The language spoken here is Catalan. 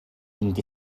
vint